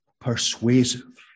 persuasive